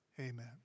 Amen